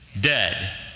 dead